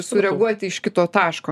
sureaguot iš kito taško